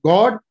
God